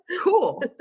Cool